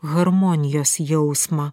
harmonijos jausmą